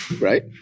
right